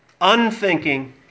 unthinking